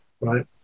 right